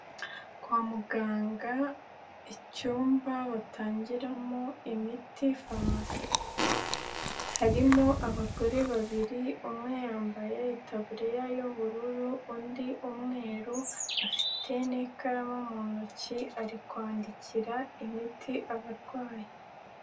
Kwa muganga icyumba batangiramo imiti farumasi. Harimo abagore babiri, umwe yambaye itaburiya y'ubururu, undi umweru afite n'ikaramu mu ntoki ari kwandikira imiti abarwayi.